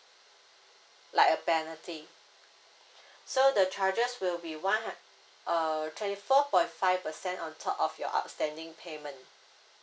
like a penalty so the charges will be one hun~ err twenty four point five percent on top of your outstanding payment